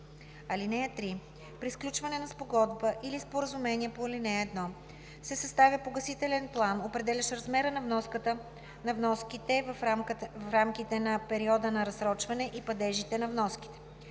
(3) При сключване на спогодба или споразумение по ал. 1 се съставя погасителен план, определящ размера на вноските в рамките на периода на разсрочване и падежите на вноските.